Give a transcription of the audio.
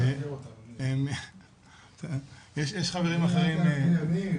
אני אהיה ממוקד